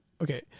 Okay